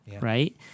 right